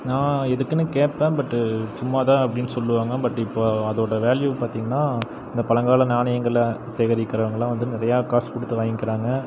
நான் எதுக்குன்னு கேட்பேன் பட்டு சும்மா தான் அப்படின்னு சொல்லுவாங்க பட் இப்போ அதோட வேல்யூ பார்த்தீங்கன்னா இந்த பழங்கால நாணயங்களை சேகரிக்கிறவங்கள்லாம் வந்து நிறையா காசு கொடுத்து வாங்கிக்கிறாங்க